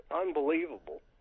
unbelievable